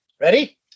Ready